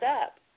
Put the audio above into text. up